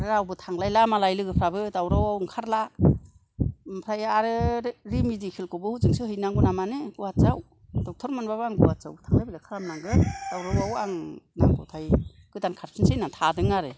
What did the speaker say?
रावबो थांलायला मालाय लोगोफ्राबो दावरावआव ओंखारला आमफ्राय आरो रि रिमेदिकेलखौबो हजोंसो हैनांगौ ना मानो गुहाथियाव दकथर मोनबाबो आं गुहाथियाव थांलाय फैलाय खालामनांगोन दावराव आव आं आमफ्राय गोदान खारफिनसै होननानै थादों आरो